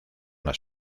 las